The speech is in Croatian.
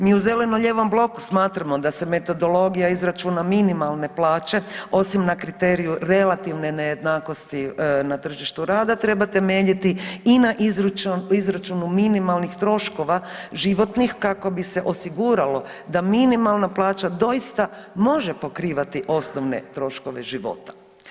Mi u zeleno-lijevom bloku smatramo da se metodologija izračuna minimalne plaće, osim na kriteriju relativne nejednakosti na tržištu rada, treba temeljiti i na izračunu minimalnih troškova životnih, kako bi se osiguralo da minimalna plaća doista može pokrivati osnovne troškove života.